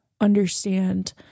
understand